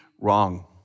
wrong